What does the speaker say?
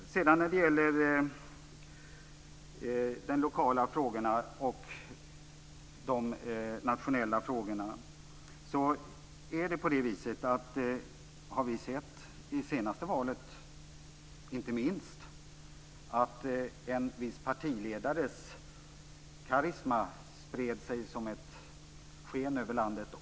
Sedan var det de lokala och nationella frågorna. Vi har inte minst i senaste valet sett att en viss partiledares karisma spred sig som ett sken över landet.